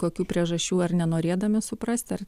kokių priežasčių ar nenorėdami suprasti ar